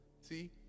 see